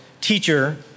teacher